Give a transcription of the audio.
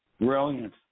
Brilliant